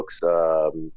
books